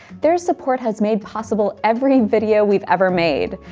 their support has made possible every video we've ever made,